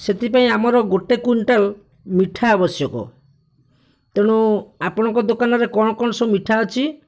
ସେଥିପାଇଁ ଆମର ଗୋଟିଏ କ୍ୱିଣ୍ଟାଲ ମିଠା ଆବଶ୍ୟକ ତେଣୁ ଆପଣଙ୍କ ଦୋକାନରେ କଣ କଣ ସବୁ ମିଠା ଅଛି